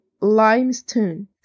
limestone